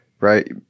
right